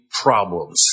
problems